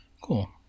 Cool